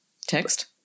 text